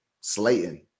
Slayton